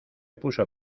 puso